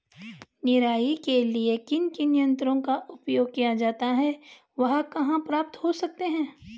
निराई के लिए किन किन यंत्रों का उपयोग किया जाता है वह कहाँ प्राप्त हो सकते हैं?